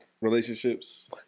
relationships